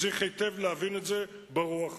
וצריך להבין את זה היטב ברוח הזאת.